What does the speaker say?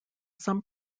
some